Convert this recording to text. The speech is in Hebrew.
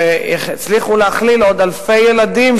שהצליחו להכליל עוד אלפי ילדים